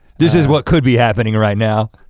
this is what could be happening right now.